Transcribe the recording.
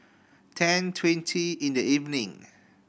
ten twenty in the evening